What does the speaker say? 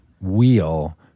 wheel